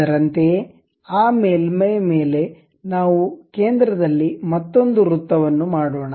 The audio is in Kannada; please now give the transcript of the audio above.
ಅದರಂತೆಯೇ ಆ ಮೇಲ್ಮೈ ಮೇಲೆ ನಾವು ಕೇಂದ್ರದಲ್ಲಿ ಮತ್ತೊಂದು ವೃತ್ತವನ್ನು ಮಾಡೋಣ